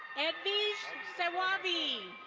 edvish sawavi.